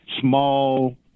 small